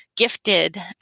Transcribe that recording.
gifted